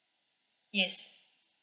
yes